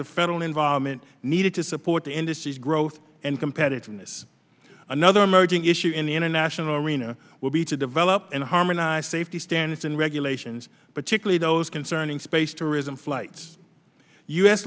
of federal involvement needed to support the industry's growth and competitiveness another emerging issue in the international arena will be to develop and harmonize safety standards and regulations but usually those concerning space tourism flights u